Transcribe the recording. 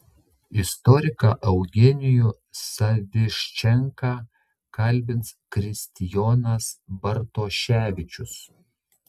istoriką eugenijų saviščevą kalbins kristijonas bartoševičius